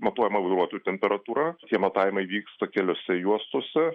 matuojama vairuotojų temperatūra tie matavimai vyksta keliose juostose